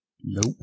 nope